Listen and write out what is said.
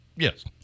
Yes